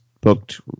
booked